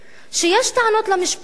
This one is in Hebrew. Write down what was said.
שיש טענות, למשפחה,